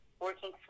working